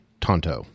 Tonto